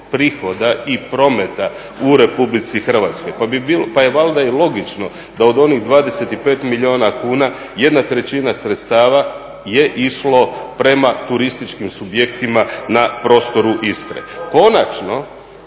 prihoda i prometa u RH pa je valjda i logično da od onih 25 milijuna kuna, jedna trećina sredstava je išlo prema turističkim subjektima na prostoru Istre. Konačno,